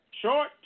short